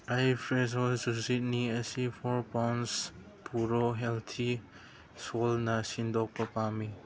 ꯑꯩ ꯐ꯭ꯔꯦꯁꯣ ꯖꯨꯛꯆꯤꯅꯤ ꯑꯁꯤ ꯐꯣꯔ ꯄꯥꯎꯟꯁ ꯄꯨꯔꯣ ꯍꯦꯜꯊꯤ ꯁꯣꯜꯅ ꯁꯤꯟꯗꯣꯛꯄ ꯄꯥꯝꯃꯤ